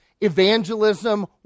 evangelism